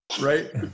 Right